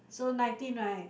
so nineteen right